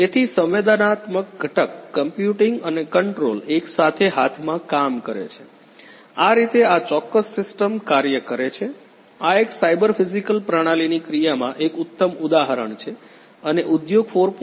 તેથી સંવેદનાત્મક ઘટક કમ્પ્યુટિગ અને કંટ્રોલ એક સાથે હાથમાં કામ કરે છે આ રીતે આ ચોક્કસ સીસ્ટમ કાર્ય કરે છે આ એક સાયબર ફીઝીકલ પ્રણાલીની ક્રિયામાં એક ઉત્તમ ઉદાહરણ છે અને ઉદ્યોગ 4